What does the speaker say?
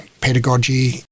pedagogy